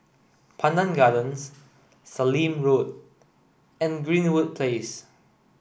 Pandan Gardens Sallim Road and Greenwood Place